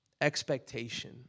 Expectation